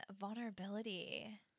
vulnerability